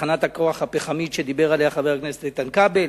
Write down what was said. תחנת הכוח הפחמית שדיבר עליה חבר הכנסת איתן כבל,